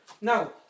Now